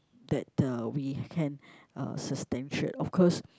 that uh we can uh substantiate of course